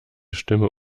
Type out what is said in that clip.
stimme